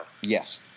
Yes